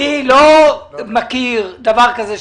אני לא מכיר דבר כזה,